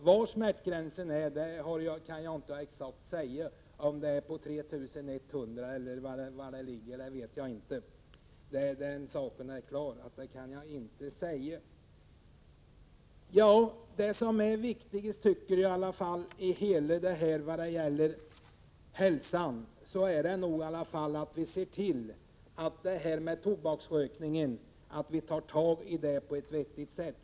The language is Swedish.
Var smärtgränsen exakt går kan jag inte säga — om det t.ex. är vid 3 100 aborter. Det viktigaste i fråga om hälsan tycker jag nog är att vi tar tag i problemet med tobaksrökningen på ett vettigt sätt.